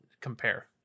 compare